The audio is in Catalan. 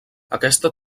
aquesta